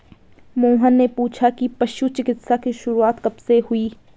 मोहन ने पूछा कि पशु चिकित्सा की शुरूआत कब से हुई?